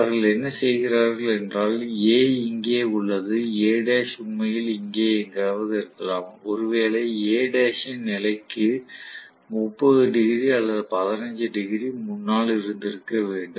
அவர்கள் என்ன செய்கிறார்கள் என்றால் A இங்கே உள்ளது A உண்மையில் இங்கே எங்காவது இருக்கலாம் ஒருவேளை A இன் நிலைக்கு 30 டிகிரி அல்லது 15 டிகிரி முன்னால் இருந்திருக்க வேண்டும்